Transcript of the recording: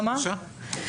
בבקשה.